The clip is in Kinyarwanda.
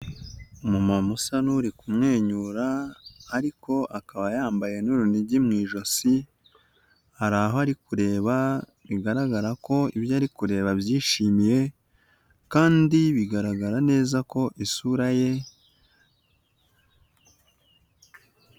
Umumama usa n'uri kumwenyura ariko akaba yambaye n'urunigi mu ijosi hari aho ari kureba bigaragara ko ibyo ari kureba abyishimiye kandi bigaragara neza ko isura ye.